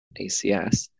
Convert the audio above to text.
ACS